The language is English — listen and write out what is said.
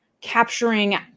capturing